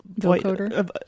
Vocoder